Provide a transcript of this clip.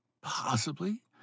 Possibly